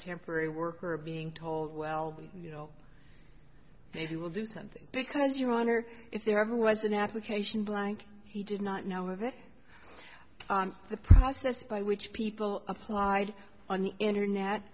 temporary worker being told well you know they will do something because your honor if there ever was an application blank he did not know of it the process by which people applied on the internet